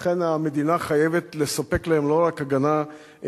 לכן, המדינה חייבת לא רק לספק להם הגנה משפטית